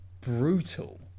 brutal